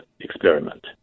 experiment